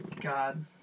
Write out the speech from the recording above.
God